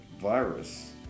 virus